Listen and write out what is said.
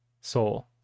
soul